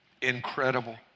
incredible